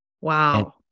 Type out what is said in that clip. Wow